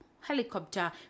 helicopter